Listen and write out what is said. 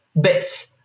bits